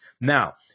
Now